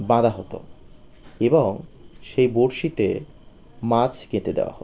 বাঁধা হতো এবং সেই বড়শিতে মাছ গেঁথে দেওয়া হতো